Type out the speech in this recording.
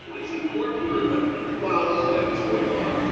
it's important to remember that while all that was going on,